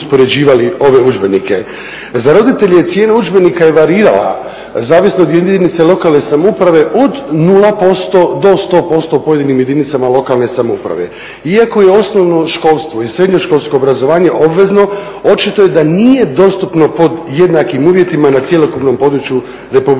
Za roditelje cijena udžbenika je varirala zavisno od jedinice lokalne samouprave od 0% do 100% u pojedinim jedinice lokalne samouprave. Iako ja osnovnoškolsko i srednjoškolsko obrazovanje obvezno očito je da nije dostupno pod jednakim uvjetima na cjelokupnom području RH.